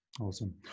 awesome